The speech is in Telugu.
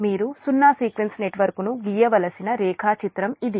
మీరు సున్నా సీక్వెన్స్ నెట్వర్క్ను గీయవలసిన రేఖాచిత్రం ఇది